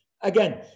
Again